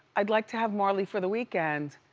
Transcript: i'd like to have marley for the weekend.